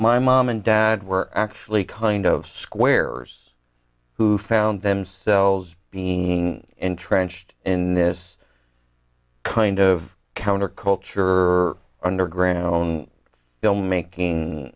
my mom and dad were actually kind of squares who found themselves being entrenched in this kind of counterculture or underground filmmaking